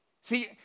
See